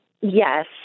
Yes